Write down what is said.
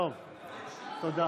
תודה.